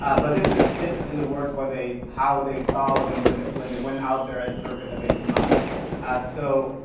ah but this is this is in the words where they, how they saw when when they went out there and survey the vacant lot so,